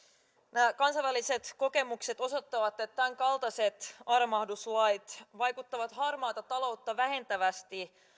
nämä kansainväliset kokemukset osoittavat että tämänkaltaiset armahduslait vaikuttavat harmaata taloutta vähentävästi